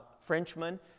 Frenchman